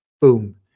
boom